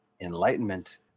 enlightenment